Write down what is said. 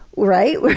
right?